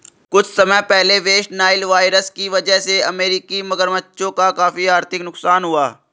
कुछ समय पहले वेस्ट नाइल वायरस की वजह से अमेरिकी मगरमच्छों का काफी आर्थिक नुकसान हुआ